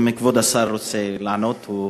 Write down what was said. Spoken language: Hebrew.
אם כבוד השר רוצה לענות הוא,